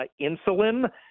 insulin